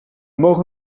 mogen